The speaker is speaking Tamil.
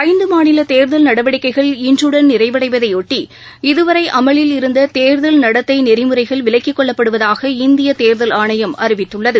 ஐந்துமாநிலதேர்தல் நடவடிக்கைகள் இன்றுடன் நிறைவடைவதைபொட்டி இதுவரைஅமலில் இருந்ததேர்தல் நடத்தைவிதிமுறைகள் விலக்கிக்கொள்ளப் படுவதாக இந்தியதேர்தல் ஆணையம் அறிவித்துள்ளது